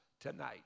tonight